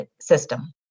system